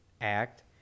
act